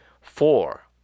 four